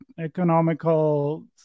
economical